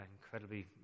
incredibly